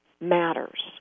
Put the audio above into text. matters